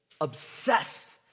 obsessed